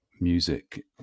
music